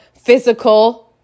physical